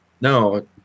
No